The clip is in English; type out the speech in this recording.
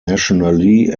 nationally